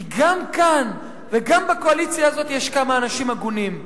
כי גם כאן וגם בקואליציה הזאת יש כמה אנשים הגונים,